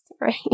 right